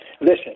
Listen